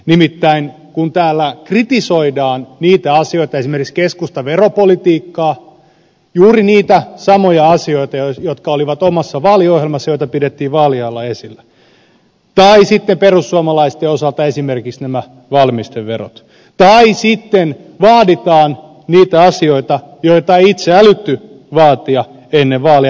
nimittäin täällä kritisoidaan niitä asioita esimerkiksi keskusta veropolitiikkaa juuri niitä samoja asioita jotka olivat omassa vaaliohjelmassa jota pidettiin vaalien alla esillä tai sitten perussuomalaisten osalta esimerkiksi valmisteverot tai sitten vaaditaan niitä asioita joita ei itse älytty vaatia ennen vaaleja